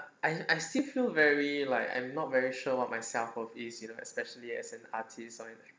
I I still feel very like I'm not very sure about myself of ease you know especially as an artist or an ac~